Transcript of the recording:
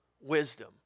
wisdom